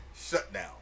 Shutdown